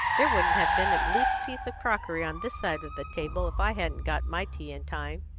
there wouldn't have been a loose piece of crockery on this side of the table if i hadn't got my tea in time.